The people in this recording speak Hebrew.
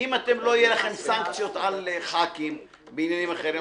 אם אתם לא יהיה לכם סנקציות על ח"כים בעניינים אחרים,